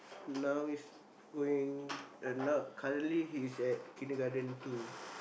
now he's going uh now currently he's at kindergarten two